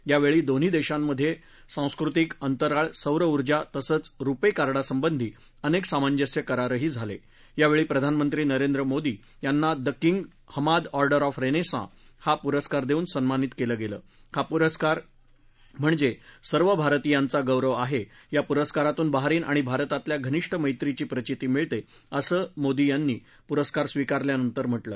यावछी दोन्ही दध्तमध्यस्त्रांस्कृतिक अंतराळ सौर उर्जा तसंच रुपश् कार्डासंबंधी अनक्त सामंजस्य करारही झाला प्रावछी प्रधानगंत्री नरेंद्र मोदी यांना the King Hamad Order of Renaissance हा पुरस्कार दक्ति सन्मानित कल्व गघ्ती हा पुरस्कार म्हणजस्तिर्व भारतीयांचा गौरव हा ज्ञा पुरस्कारातून बहरीन णि भारतातल्या घनिष्ठ मैत्रिची प्रचिती मिळत असं मोदी यांनी पुरस्कार स्वीकारल्यानंतर म्हटलं